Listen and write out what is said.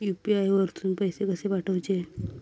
UPI वरसून पैसे कसे पाठवचे?